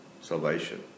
salvation